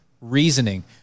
reasoning